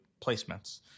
placements